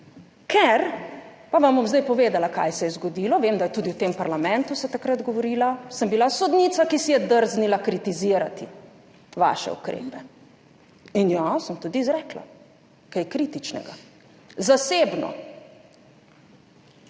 Ker – pa vam bom zdaj povedala, kaj se je zgodilo, vem, da se je tudi v parlamentu takrat govorilo – sem bila sodnica, ki si je drznila kritizirati vaše ukrepe. In ja, sem tudi izrekla kaj kritičnega – zasebno.